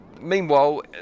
meanwhile